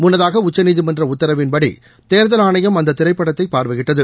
முன்னதாக உச்சநீதிமன்ற உத்தரவின்படி தேர்தல் ஆணையம் அந்த திரைப்படத்தை பார்வையிட்டது